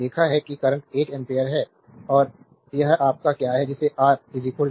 देखा है कि करंट एक एम्पीयर है और यह आपका क्या है जिसे आर 8 कहा जाता है